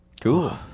Cool